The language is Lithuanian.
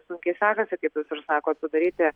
sunkiai sekasi kaip jūs ir sakot sudaryti